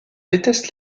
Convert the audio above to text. déteste